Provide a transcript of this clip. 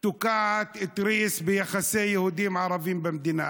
תוקעת טריז ביחסי יהודים ערבים במדינה.